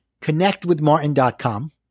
Connectwithmartin.com